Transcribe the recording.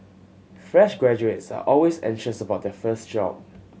fresh graduates are always anxious about their first job